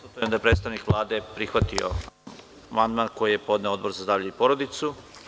Konstatujem da je predstavnik Vlade prihvatio amandman, koji je podneo Odbor za zdravlje i porodicu.